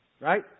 right